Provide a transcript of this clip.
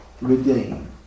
redeem